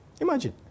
Imagine